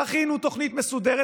תכינו תוכנית מסודרת.